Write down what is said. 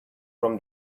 from